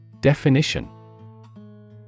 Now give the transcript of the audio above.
Definition